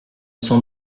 son